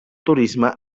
turisme